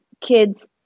kids